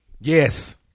Yes